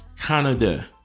Canada